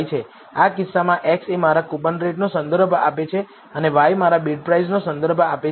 આ કિસ્સામાં x એ મારા કૂપનરેટનો સંદર્ભ આપે છે અને y મારા બિડપ્રાઇસનો સંદર્ભ આપે છે